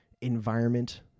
environment